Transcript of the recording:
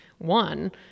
one